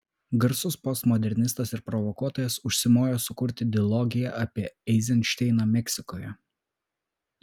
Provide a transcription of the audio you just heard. garsus postmodernistas ir provokuotojas užsimojo sukurti dilogiją apie eizenšteiną meksikoje